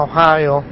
Ohio